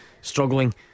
struggling